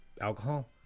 alcohol